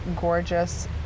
gorgeous